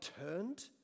turned